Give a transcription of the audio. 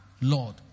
Lord